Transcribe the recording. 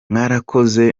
mwarakoze